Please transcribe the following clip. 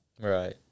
right